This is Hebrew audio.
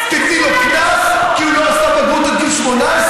תיתני לו קנס כי הוא לא עשה בגרות עד גיל 18?